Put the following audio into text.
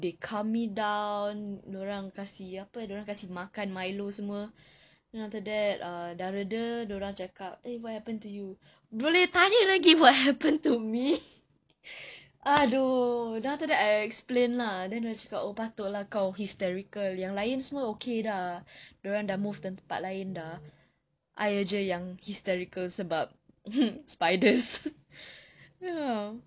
they calm me down dia orang kasih apa dia orang kasih makan milo semua then after that err sudah reda dia orang cakap eh what happen to you boleh tanya lagi what happen to me !aduh! then after that I explain lah then dia orang cakap oh patut lah kau hysterical yang lain semua okay sudah dia orang sudah move tempat lain sudah I saja yang hysterical sebab mmhmm spiders ya